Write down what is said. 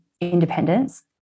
independence